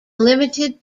limited